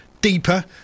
Deeper